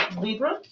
libra